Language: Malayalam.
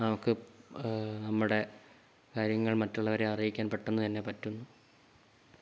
നമുക്ക് നമ്മുടെ കാര്യങ്ങൾ മറ്റുള്ളവരെ അറിയിക്കാൻ പെട്ടെന്നുതന്നെ പറ്റുന്നു